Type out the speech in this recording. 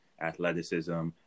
athleticism